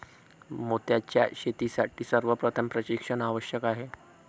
मोत्यांच्या शेतीसाठी सर्वप्रथम प्रशिक्षण आवश्यक आहे